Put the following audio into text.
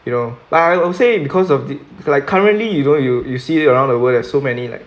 you know like I would say because of the like currently you don't you you see the around the world there're so many like